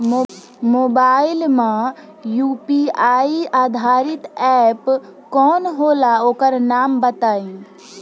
Mobile म UPI आधारित app कौन होला ओकर नाम बताईं?